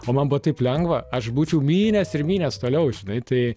o man buvo taip lengva aš būčiau mynęs ir mynęs toliau žinai tai